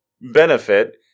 Benefit